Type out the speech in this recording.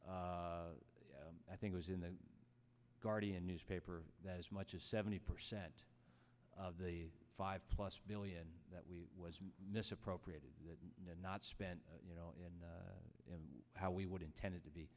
that i think was in the guardian newspaper that as much as seventy percent of the five plus billion that we misappropriated not spent you know in in how we would intended to be